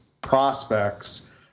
prospects